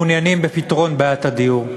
מעוניינים בפתרון בעיית הדיור,